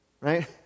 right